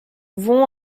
vont